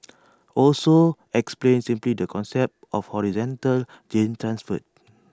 also explained simply the concept of horizontal gene transfer